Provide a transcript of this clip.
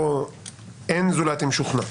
אין "זולת אם שוכנע".